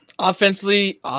Offensively